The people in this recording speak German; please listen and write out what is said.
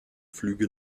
flüge